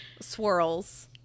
swirls